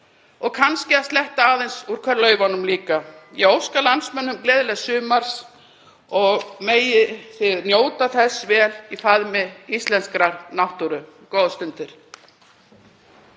og kannski að sletta aðeins úr klaufunum líka. Ég óska landsmönnum gleðilegs sumars og megið þið njóta þess vel í faðmi íslenskrar náttúru. — Góðar stundir.